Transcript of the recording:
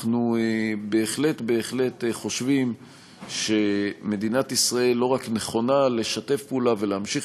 אנחנו בהחלט חושבים שמדינת ישראל לא רק נכונה לשתף פעולה ולהמשיך